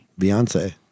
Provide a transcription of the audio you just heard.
Beyonce